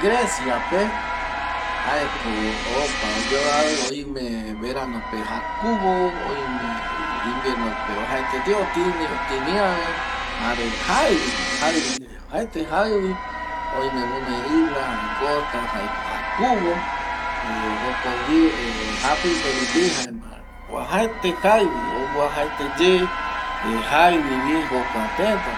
Grecia pe jaeko opa oyuavi oime verano pe jakuvo oime inviern pe uajaete ye otini otiniave jare jaivi ye uajaete jaivi oime gunoi isla jare costa jare jakuvo jokogüi japuperupi uajaete jaivi jokua teta pe